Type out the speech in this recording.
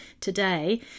today